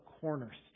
cornerstone